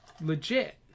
legit